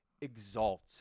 exalt